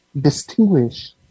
distinguish